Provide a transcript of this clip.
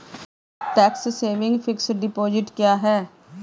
Tax saving fixed deposit क्या है?